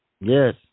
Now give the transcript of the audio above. Yes